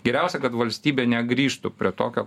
geriausia kad valstybė negrįžtų prie tokio